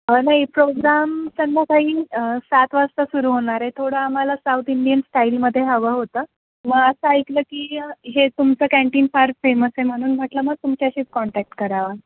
नाही प्रोग्राम संध्याकाळी सात वाजता सुरू होणार आहे थोडं आम्हाला साऊथ इंडियन स्टाईलमध्ये हवं होतं मग असं ऐकलं की हे तुमचं कॅन्टीन फार फेमस आहे म्हणून म्हटलं मग तुमच्याशीच कॉन्टॅक्ट करावा